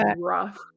rough